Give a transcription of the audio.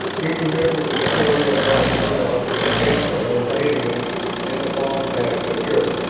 he remembered the story of ross murdock's escape from those aliens in the far past of europe,